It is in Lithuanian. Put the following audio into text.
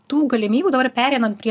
tų galimybių dabar pereinant prie